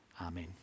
Amen